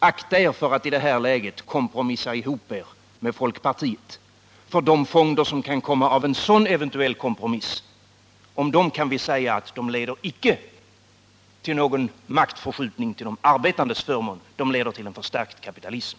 Akta er för att i detta läge kompromissa ihop er med folkpartiet! De fonder som kan komma av en sådan eventuell kompromiss leder icke till någon maktförskjutning till de arbetandes förmån utan till en förstärkt kapitalism.